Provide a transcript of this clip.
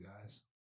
guys